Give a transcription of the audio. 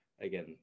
Again